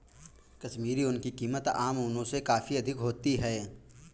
कश्मीरी ऊन की कीमत आम ऊनों से काफी अधिक होती है